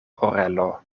orelo